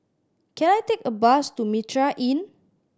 can I take a bus to Mitraa Inn